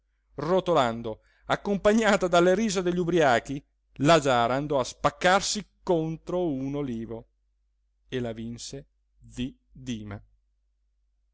rotolando accompagnata dalle risa degli ubriachi la giara andò a spaccarsi contro un olivo e la vinse zi dima